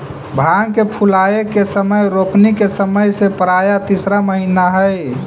भांग के फूलाए के समय रोपनी के समय से प्रायः तीसरा महीना हई